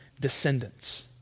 descendants